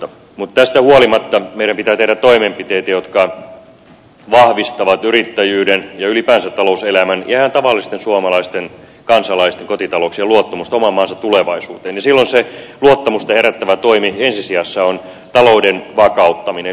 mutta tästä huolimatta meidän pitää tehdä toimenpiteitä jotka vahvistavat yrittäjyyden ja ylipäänsä talouselämän ja ihan tavallisten suomalaisten kansalaisten kotitalouksien luottamusta oman maansa tulevaisuuteen ja silloin se luottamusta herättävä toimi ensi sijassa on talouden vakauttaminen